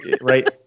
right